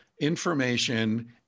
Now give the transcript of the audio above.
information